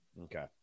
Okay